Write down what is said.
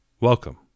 Welcome